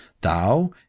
thou